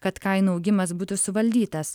kad kainų augimas būtų suvaldytas